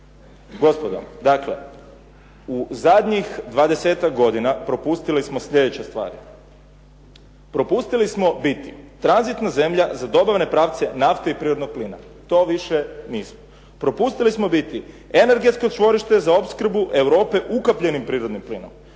Gospodo, dakle u zadnjih dvadesetak godina propustili smo sljedeće stvari. Propustili smo biti tranzitna zemlja za dobavne pravce nafte i prirodnog plina. To više nismo. Propustili smo biti energetsko čvorište za opskrbu Europe ukapljenim prirodnim plinom.